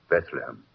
Bethlehem